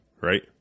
right